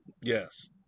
Yes